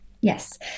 Yes